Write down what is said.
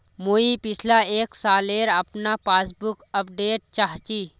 मुई पिछला एक सालेर अपना पासबुक अपडेट चाहची?